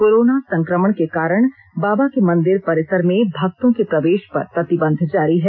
corona संक्रमण के कारण बाबा के मंदिर परिसर में भक्तों के प्रवेश पर प्रतिबंध जारी है